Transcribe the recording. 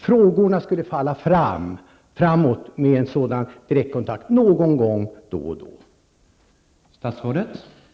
Frågorna skulle falla framåt med en sådan direktkontakt någon gång då och då.